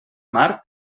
mar